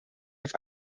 auf